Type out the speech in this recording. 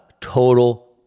total